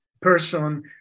Person